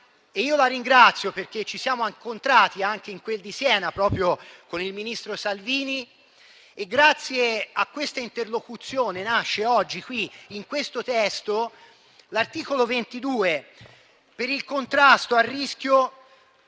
Io la ringrazio perché ci siamo incontrati anche in quel di Siena, proprio con il ministro Salvini, e grazie a questa interlocuzione nasce oggi, in questo testo, l'articolo 22 per il contrasto del rischio